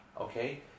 Okay